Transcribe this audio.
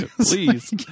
please